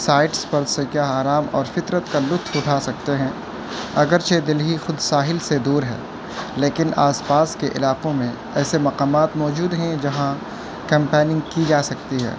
sites پر سے کیا آرام اور فطرت کا لطف اٹھا سکتے ہیں اگر چہ دہلی خود ساحل سے دور ہے لیکن آس پاس کے علاقوں میں ایسے مقامات موجود ہیں جہاں کیمپیننگ کی جا سکتی ہے